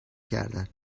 کردن